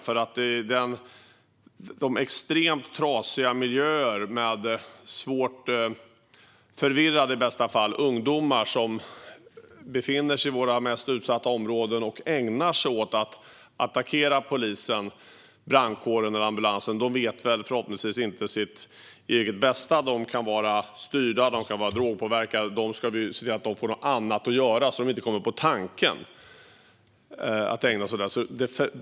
Det handlar om extremt trasiga miljöer med svårt förvirrade, i bästa fall, ungdomar. De ungdomar som befinner sig i våra mest utsatta områden och ägnar sig åt att attackera polisen, brandkåren eller ambulansen vet förhoppningsvis inte sitt eget bästa. De kan vara styrda, och de kan vara drogpåverkade. Vi ska se till att de får något annat att göra så att de inte kommer på tanken att ägna sig åt det här.